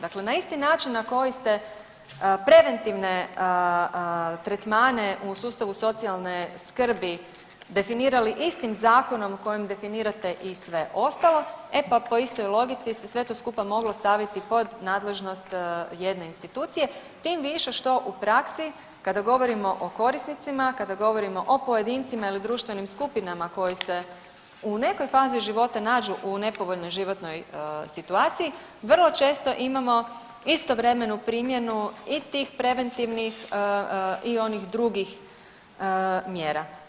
Dakle na isti način na koji ste preventivne tretmane u sustavu socijalne skrbi definirali istim zakonom kojim definirate i sve ostalo, e pa po istoj logici se sve to skupa moglo staviti pod nadležnost jedne institucije, tim više što u praksi, kada govorimo o korisnicima, kada govorimo o pojedincima ili društvenim skupinama koje se u nekoj fazi života nađu u nepovoljnoj životnoj situaciji, vrlo često imamo istovremenu primjenu i tih preventivnih i onih drugih mjera.